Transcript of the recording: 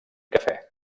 cafè